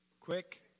quick